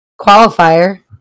qualifier